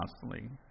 constantly